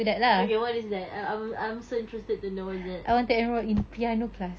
okay what is that I'm I'm so interested to know what is that